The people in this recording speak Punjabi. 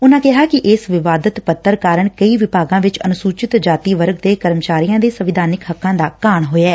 ਉਨੂਾਂ ਕਿਹਾ ਕਿ ਇਸ ਵਿਵਾਦਤ ਪੱਤਰ ਕਾਰਨ ਕਈ ਵਿਭਾਗਾਂ ਵਿੱਚ ਅਨੁਸਚਿਤ ਜਾਤੀ ਵਰਗ ਦੇ ਕਰਮਚਾਰੀਆਂ ਦੇ ਸੰਵਿਧਾਨਿਕ ਹੱਕਾ ਦਾ ਘਾਣ ਹੋਇਐ